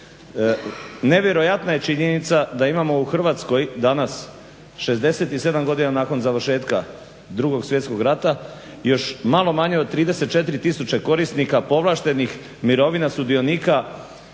Nevjerojatna je činjenica da imamo u Hrvatskoj danas 67 godina nakon završetka Drugog svjetskog rata još malo manje od 34000 korisnika povlaštenih mirovina sudionika